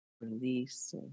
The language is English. Release